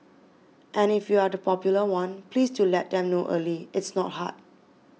and if you're the popular one please do let them know early it's not hard